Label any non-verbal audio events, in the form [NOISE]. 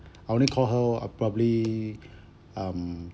[BREATH] I only called her uh probably [BREATH] um